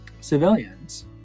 civilians